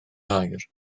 aur